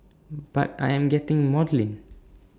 but I am getting maudlin